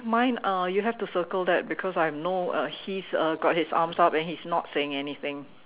mine uh you have to circle that because I have no uh he's uh got his arms up and he's not saying anything